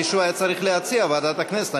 מישהו היה צריך להציע ועדת הכנסת.